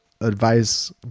advice